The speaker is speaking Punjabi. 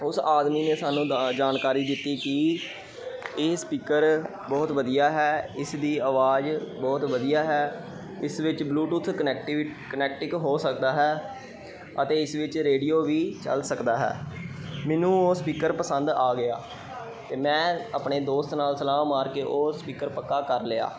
ਉਸ ਆਦਮੀ ਨੇ ਸਾਨੂੰ ਜਾਣਕਾਰੀ ਦਿੱਤੀ ਕਿ ਇਹ ਸਪੀਕਰ ਬਹੁਤ ਵਧੀਆ ਹੈ ਇਸ ਦੀ ਆਵਾਜ਼ ਬਹੁਤ ਵਧੀਆ ਹੈ ਇਸ ਵਿੱਚ ਬਲੂਟੂਥ ਕਨੈਕਟੀਵ ਕਨੈਕਟਿਕ ਹੋ ਸਕਦਾ ਹੈ ਅਤੇ ਇਸ ਵਿੱਚ ਰੇਡੀਓ ਵੀ ਚੱਲ ਸਕਦਾ ਹੈ ਮੈਨੂੰ ਉਹ ਸਪੀਕਰ ਪਸੰਦ ਆ ਗਿਆ ਅਤੇ ਮੈਂ ਆਪਣੇ ਦੋਸਤ ਨਾਲ ਸਲਾਹ ਮਾਰ ਕੇ ਉਹ ਸਪੀਕਰ ਪੱਕਾ ਕਰ ਲਿਆ